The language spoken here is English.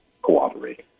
Cooperate